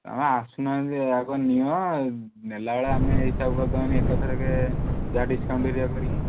ତୁମେ ଆସୁନାହାନ୍ତି ଆଗ ନିଅ ନେଲାବେଳେ ଆମେ ହିସାବ କରି ଦେବାନି ଏକାଥରେ ଯାହା ଡିସକାଉଣ୍ଟ୍ ହେରିକା କରିକି